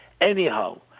Anyhow